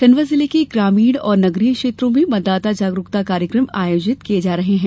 खंडवा जिले के ग्रामीण और नगरीय क्षेत्रों में मतदाता जागरूकता कार्यक्रम आयोजित किये जा रहे हैं